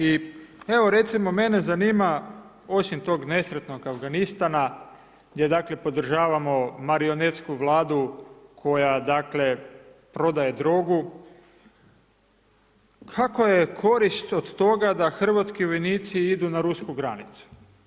I evo recimo, mene zanima, osim tog nesretnog Afganistana, gdje dakle podržavamo marionetsku Vladu koja dakle prodaje drogu, kakva je korist od toga da hrvatski vojnici idu na rusku granicu?